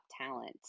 talent